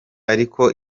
ariko